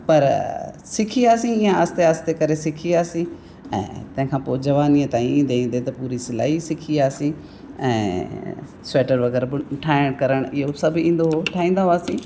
पर सिखी वियासीं ईअं आहिस्ते आहिस्ते करे सिखा वियासीं ऐं तंहिंखां पोइ जवानीअ ताईं ईंदे ईंदे त पूरी सिलाई सिखी वियासीं ऐं स्वेटर वग़ैरह बुन ठाहिण करणु इहो सभु ईंदो हुओ ठाहींदा हुआसीं